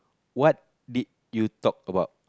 what did you talk about